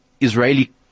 Israeli